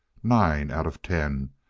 nine out of ten,